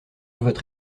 votre